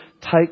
take